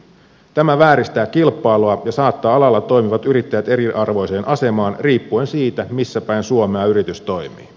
tämä vääristää kilpailua ja saattaa alalla toimivat yrittäjät eriarvoiseen asemaan riippuen siitä missä päin suomea yritys toimii